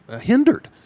hindered